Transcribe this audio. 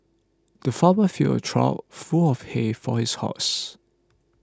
the farmer filled a trough full of hay for his horses